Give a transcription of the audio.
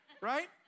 right